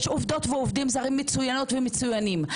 יש עובדות ועובדים זרים מצוינות ומצוינים.